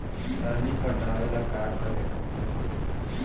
पानी पटावेला का करे के परी?